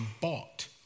bought